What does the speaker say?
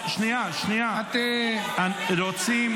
תני לו לסיים, אין טעם לצעוק סתם.